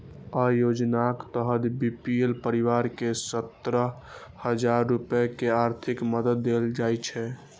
अय योजनाक तहत बी.पी.एल परिवार कें सत्तर हजार रुपैया के आर्थिक मदति देल जाइ छै